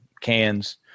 cans